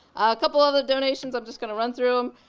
a couple other donations, i'm just gonna run through em.